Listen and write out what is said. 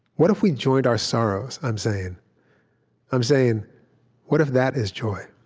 what if we joined our sorrows, i'm saying i'm saying what if that is joy?